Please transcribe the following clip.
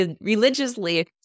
religiously